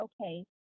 okay